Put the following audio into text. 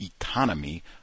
economy